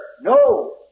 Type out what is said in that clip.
No